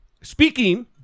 speaking